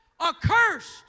Accursed